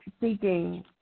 seeking